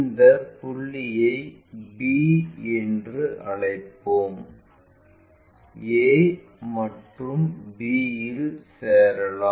இந்த புள்ளியை b என்று அழைப்போம் a மற்றும் b இல் சேரலாம்